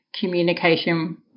communication